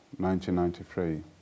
1993